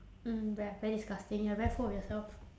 mm ve~ very disgusting you are very full of yourself